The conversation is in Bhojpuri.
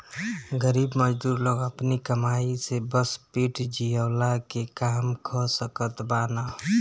गरीब मजदूर लोग अपनी कमाई से बस पेट जियवला के काम कअ सकत बानअ